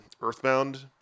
Earthbound